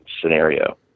scenario